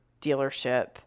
dealership